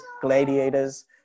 Gladiators